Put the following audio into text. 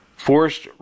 Forced